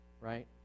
right